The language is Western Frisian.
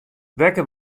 wekker